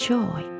Joy